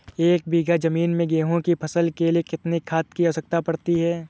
एक बीघा ज़मीन में गेहूँ की फसल के लिए कितनी खाद की आवश्यकता पड़ती है?